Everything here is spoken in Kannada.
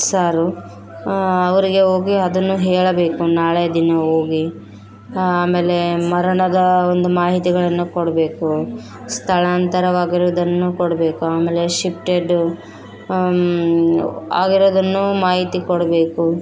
ಸಾರು ಅವರಿಗೆ ಹೋಗಿ ಅದುನ್ನ ಹೇಳಬೇಕು ನಾಳೆಯ ದಿನ ಓಗಿ ಆಮೇಲೆ ಮರಣದ ಒಂದು ಮಾಹಿತಿಗಳನ್ನು ಕೊಡ್ಬೇಕು ಸ್ಥಳಾಂತರವಾಗಿರುವುದನ್ನು ಕೊಡ್ಬೇಕು ಆಮೇಲೆ ಶಿಫ್ಟೆಡ್ ಆಗಿರುವುದನ್ನು ಮಾಹಿತಿ ಕೊಡ್ಬೇಕು